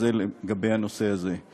אז זה בנושא הזה.